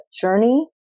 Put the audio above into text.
journey